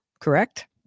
correct